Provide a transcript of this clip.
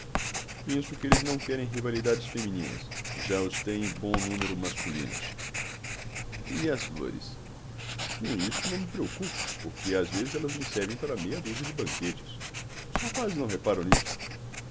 penso que eles não querem rivalidades femininas já as têm em bom número masculinas e as flores com isso não me preocupo porque às vezes elas me servem para meia dúzia de banquetes os rapazes não reparam nisso